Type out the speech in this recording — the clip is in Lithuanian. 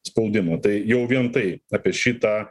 spaudimą tai jau vien tai apie šitą